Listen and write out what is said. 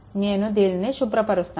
నేను దీనిని శుభ్రపరుస్తాను